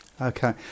Okay